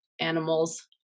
animal's